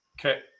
Okay